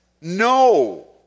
No